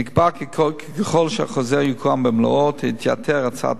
נקבע כי ככל שהחוזר יקוים במלואו תתייתר הצעת